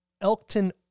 Elkton